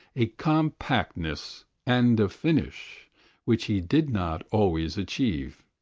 a compactness and a finish which he did not always achieve.